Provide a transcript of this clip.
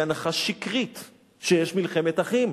היא הנחה שקרית שיש מלחמת אחים.